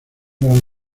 gran